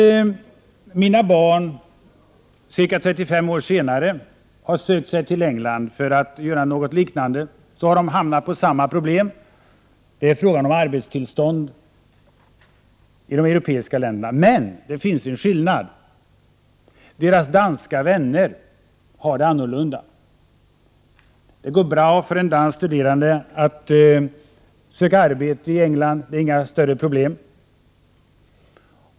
När mina barn ca 35 år senare har sökt sig till England för att göra något liknande, har de hamnat i samma problem: det krävs arbetstillstånd i de europeiska länderna. Men det finns en skillnad: deras danska vänner har det annorlunda. Det går bra för en dansk studerande att söka arbete i England — det är inga större problem.